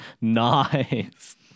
Nice